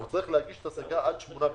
הוא צריך להגיש את ההסגה עד 8 במאי.